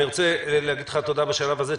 אני רוצה להגיד לך תודה בשלב הזה.